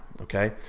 Okay